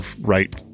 right